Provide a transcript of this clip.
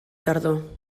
tardor